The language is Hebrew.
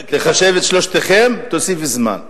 תחשב את שלושתכם, תוסיף זמן.